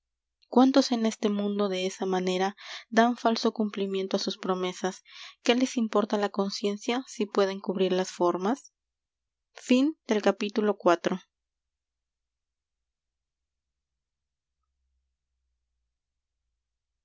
cuántos en este mundo de esa manera dan falso cumplimiento á sus promesas qué les importa la conciencia si pueden cubrir las formas iih f